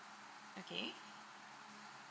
okay